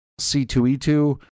C2E2